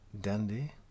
dandy